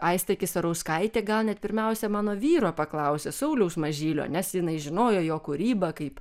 aistė kisarauskaitė gal net pirmiausia mano vyro paklausė sauliaus mažylio nes jinai žinojo jo kūrybą kaip